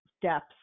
steps